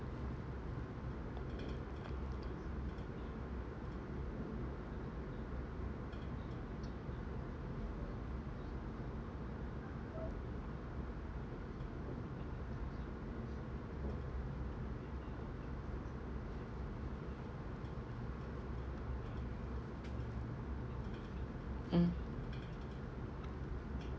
mm